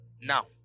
Now